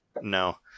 no